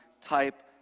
type